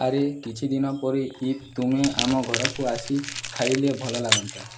ଆରେ କିଛିଦିନ ପରେ ଇଦ୍ ତୁମେ ଆମ ଘରକୁ ଆସି ଖାଇଲେ ଭଲ ଲାଗନ୍ତା